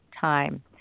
time